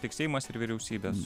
tik seimas ir vyriausybės